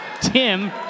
Tim